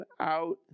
out